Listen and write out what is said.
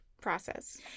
process